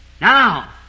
Now